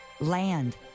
Land